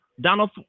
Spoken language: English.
Donald